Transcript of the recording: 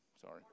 Sorry